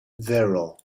zero